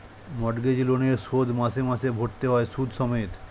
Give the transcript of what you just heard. mortgage লোনের শোধ মাসে মাসে ভরতে হয় সুদ সমেত